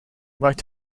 right